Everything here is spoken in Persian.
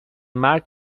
مرگ